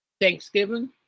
Thanksgiving